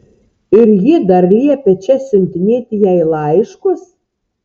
ir ji dar liepia čia siuntinėti jai laiškus